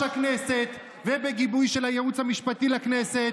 הכנסת ובגיבוי של הייעוץ המשפטי לכנסת,